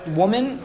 woman